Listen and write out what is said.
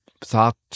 thought